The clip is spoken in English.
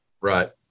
Right